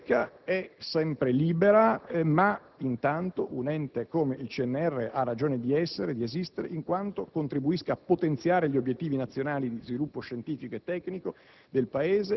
La ricerca è sempre libera ma intanto un ente come il CNR ha ragione di essere, di esistere in quanto contribuisca sia a potenziare gli obiettivi nazionali di sviluppo scientifico e tecnico